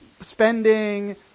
spending